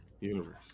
Universe